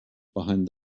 behind